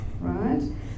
right